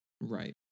right